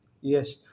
Yes